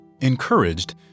Encouraged